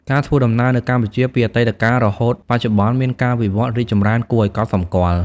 ការធ្វើដំណើរនៅកម្ពុជាពីអតីតកាលរហូតបច្ចុប្បន្ន មានការវិវត្តន៍រីកចម្រើនគួរឲ្យកត់សម្គាល់ ។